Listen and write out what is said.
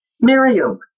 Miriam